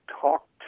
talk